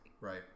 Right